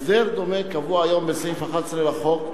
הסדר דומה קבוע היום בסעיף 11 לחוק,